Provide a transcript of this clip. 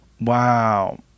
wow